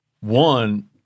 One